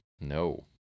No